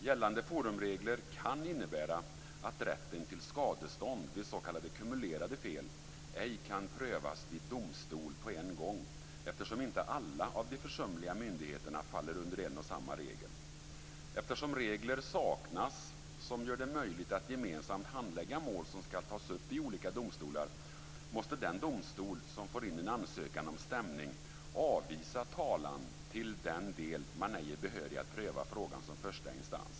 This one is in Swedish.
Gällande forumregler kan innebära att rätten till skadestånd vid s.k. kumulerade fel ej kan prövas vid domstol på en gång eftersom inte alla av de försumliga myndigheterna faller under en och samma regel. Eftersom regler saknas som gör det möjligt att gemensamt handlägga mål som ska tas upp i olika domstolar måste den domstol som får in en ansökan om stämning avvisa talan till den del man ej är behörig att pröva frågan som första instans.